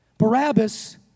Barabbas